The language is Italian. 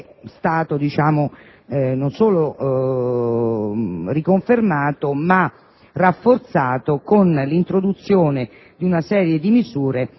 stata non solo riconfermata ma rafforzata, con l'introduzione di una serie di misure